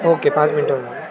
okay पाच मिनिटं होणार